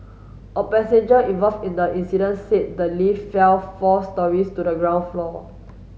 a passenger involved in the incident said the lift fell four storeys to the ground floor